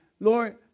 Lord